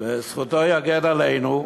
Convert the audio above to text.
זכותו יגן עלינו,